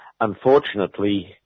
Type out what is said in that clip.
unfortunately